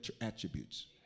attributes